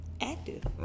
active